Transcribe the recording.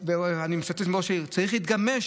אני מצטט את ראש העיר: צריך להתגמש.